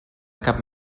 cap